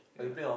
yeah